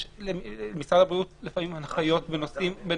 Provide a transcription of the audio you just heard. יש למשרד הבריאות לפעמים הנחיות בנושאים